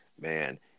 man